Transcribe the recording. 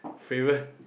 favourite